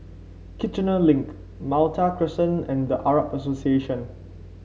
Kiichener Link Malta Crescent and The Arab Association